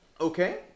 okay